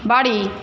বাড়ি